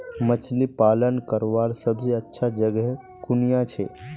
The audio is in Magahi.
मछली पालन करवार सबसे अच्छा जगह कुनियाँ छे?